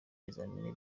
ibizamini